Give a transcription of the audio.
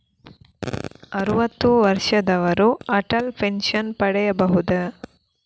ಅರುವತ್ತು ವರ್ಷದವರು ಅಟಲ್ ಪೆನ್ಷನ್ ಪಡೆಯಬಹುದ?